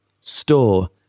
store